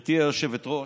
גברתי היושבת-ראש,